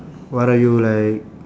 what are you like